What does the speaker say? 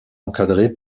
encadré